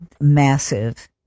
massive